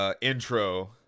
intro